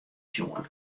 sjoen